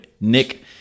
Nick